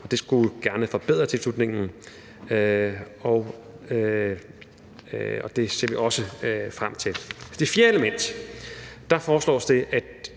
og det skulle gerne forbedre tilslutningen. Det ser vi også frem til. Det fjerde element foreslår, at